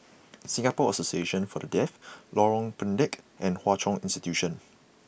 Singapore Association For The Deaf Lorong Pendek and Hwa Chong Institution